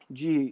de